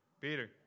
Peter